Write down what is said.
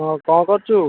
ହଁ କ'ଣ କରୁଛୁ